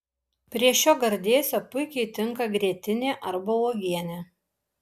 prie šio gardėsio puikiai tinka grietinė arba uogienė